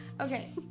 Okay